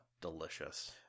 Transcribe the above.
Delicious